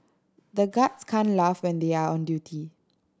the guards can't laugh when they are on duty